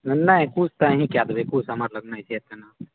नहि कुशके अहि कए देबै कुश हमरसब नहि छै तेना